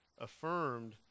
affirmed